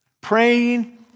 Praying